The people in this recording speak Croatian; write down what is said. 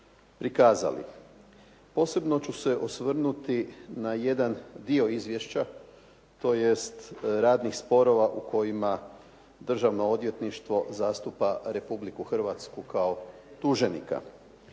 prikazali. Posebno ću se osvrnuti na jedan dio izvješća, tj. radnih sporova u kojima državno odvjetništvo zastupa Republiku Hrvatsku kao tuženika.